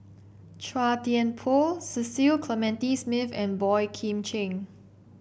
Chua Thian Poh Cecil Clementi Smith and Boey Kim Cheng